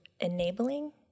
enabling